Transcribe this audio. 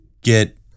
get